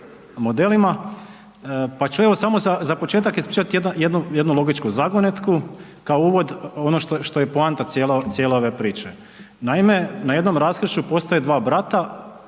pa ću evo samo za početak ispričat jednu logičku zagonetku kao uvod, ono što je poanta cijele ove priče. Naime, na jednom raskršću postoje dva brata,